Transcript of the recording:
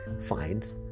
finds